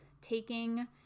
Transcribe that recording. taking